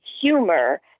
humor